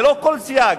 ללא כל סייג,